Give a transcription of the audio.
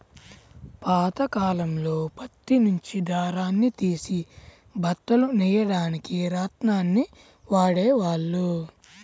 పాతకాలంలో పత్తి నుంచి దారాన్ని తీసి బట్టలు నెయ్యడానికి రాట్నాన్ని వాడేవాళ్ళు